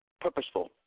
Purposeful